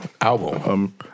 Album